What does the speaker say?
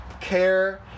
care